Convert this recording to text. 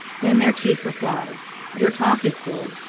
then their chief replies your talk is good,